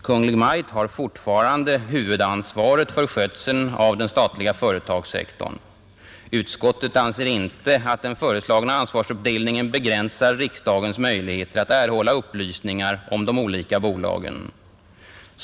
Kungl. Maj:t har fortfarande huvudansvaret för skötseln av den statliga företagssektorn. Utskottet anser inte att den föreslagna ansvarsuppdelningen begränsar riksdagens möjligheter att erhålla upplysningar om de olika statliga bolagen.